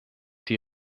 die